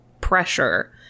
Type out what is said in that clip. pressure